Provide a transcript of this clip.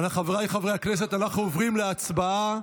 חבריי חברי הכנסת, אנחנו עוברים להצבעה.